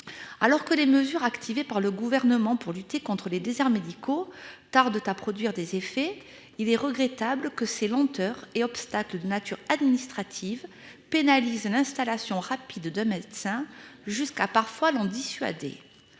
Alors que les mesures activé par le gouvernement pour lutter contre les déserts médicaux tarde tu à produire des effets. Il est regrettable que ces lenteurs et obstacles de nature administrative pénalise l'installation rapide de médecins jusqu'à parfois l'en dissuader,